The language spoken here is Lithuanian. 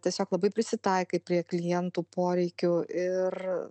tiesiog labai prisitaikai prie klientų poreikių ir